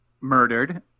murdered